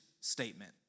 statement